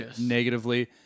negatively